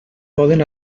poden